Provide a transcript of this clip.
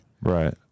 Right